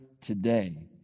today